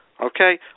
Okay